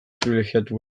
pribilegiatu